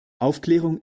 aufklärung